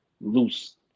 loose